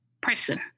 person